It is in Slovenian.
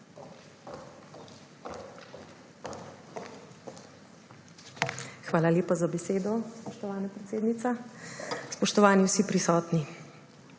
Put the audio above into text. Hvala lepa za besedo, spoštovana predsednica. Spoštovani vsi prisotni!